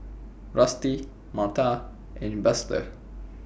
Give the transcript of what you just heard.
Rusty Marta and Buster